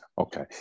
Okay